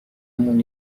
مون